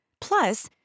Plus